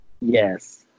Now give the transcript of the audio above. Yes